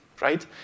right